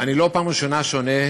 לא פעם ראשונה שאני עונה